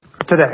today